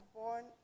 born